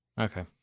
okay